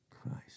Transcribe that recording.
Christ